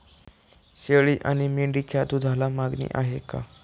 शेळी आणि मेंढीच्या दूधाला मागणी आहे का?